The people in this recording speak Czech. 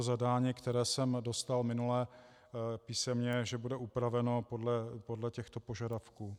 Zadání, které jsem dostal minule písemně, že bude upraveno podle těchto požadavků.